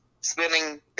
spinning